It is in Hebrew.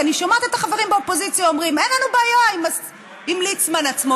כי אני שומעת את החברים באופוזיציה אומרים: אין לנו בעיה עם ליצמן עצמו,